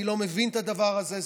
אני לא מבין את הדבר הזה.